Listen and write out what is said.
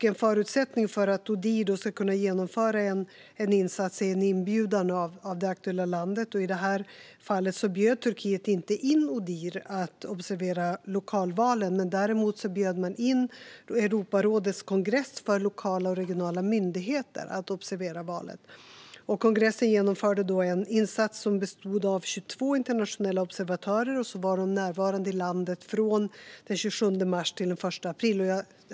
En förutsättning för att Odihr ska kunna genomföra en insats är en inbjudan av det aktuella landet, men Turkiet bjöd inte in Odihr att observera lokalvalen. Däremot bjöd man in Europarådets kongress för lokala och regionala myndigheter att observera valet. Kongressen genomförde en insats som bestod av 22 internationella observatörer, och de var närvarande i landet från den 27 mars till den 1 april.